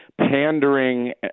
pandering